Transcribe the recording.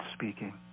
speaking